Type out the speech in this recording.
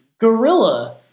gorilla